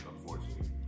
unfortunately